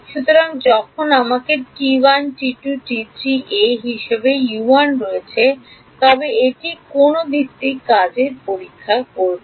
সুতরাং যখন আমার U1 রয়েছে তবে এটি কোন ভিত্তির কাজটি পরীক্ষা করবে